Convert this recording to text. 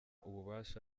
ububasha